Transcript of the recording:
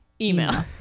email